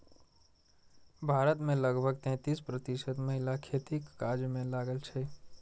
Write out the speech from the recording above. भारत मे लगभग तैंतीस प्रतिशत महिला खेतीक काज मे लागल छै